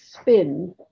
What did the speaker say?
spin